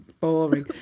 Boring